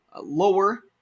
lower